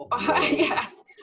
Yes